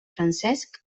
francesc